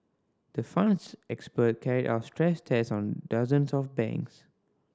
the Fund's experts carried out stress tests on dozens of banks